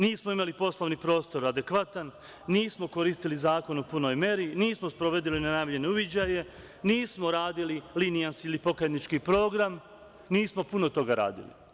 Nismo imali poslovni prostor adekvatan, nismo koristili zakon u punoj meri, nismo sprovodili najbolje na uviđaje, nismo radili „Linijans“ ili „Pokajnički program“, nismo puno toga radili.